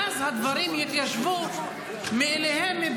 ואז הדברים יתיישבו מאליהם,